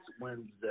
Wednesday